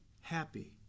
happy